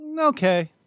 Okay